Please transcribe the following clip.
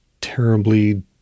terribly